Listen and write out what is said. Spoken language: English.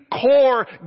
core